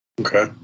Okay